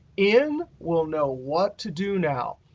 in will know what to do now.